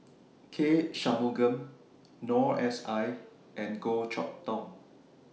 K Shanmugam Noor S I and Goh Chok Tong